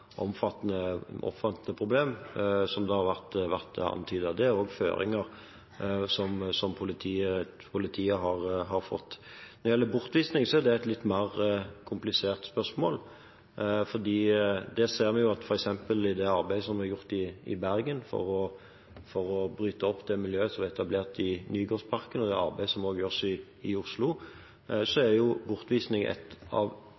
vært antydet. Det er føringer som politiet har fått. Når det gjelder bortvisning, er det et litt mer komplisert spørsmål, for når vi ser vi på f.eks. det arbeidet som er gjort i Bergen for å bryte opp det miljøet som var etablert i Nygårdsparken, og det arbeidet som også gjøres i Oslo, er bortvisning ett av